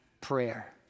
prayer